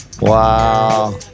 Wow